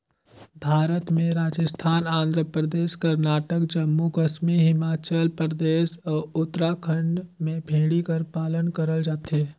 भारत में राजिस्थान, आंध्र परदेस, करनाटक, जम्मू कस्मी हिमाचल परदेस, अउ उत्तराखंड में भेड़ी कर पालन करल जाथे